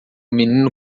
menino